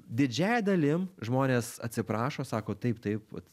didžiąja dalim žmonės atsiprašo sako taip taip vat